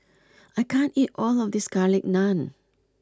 I can't eat all of this Garlic Naan